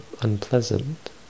unpleasant